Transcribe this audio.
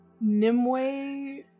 Nimue